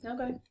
Okay